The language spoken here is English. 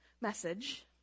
message